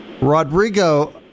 Rodrigo